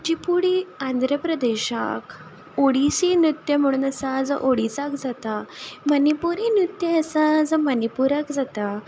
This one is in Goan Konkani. कुचीपुडी आंध्र प्रदेशाक ओडिसी नृत्य म्हणून आसा जो ओडिसाक जाता मनीपुरी नृत्य आसा जो मनीपूराक जाता